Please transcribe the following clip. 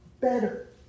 better